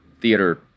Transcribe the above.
theater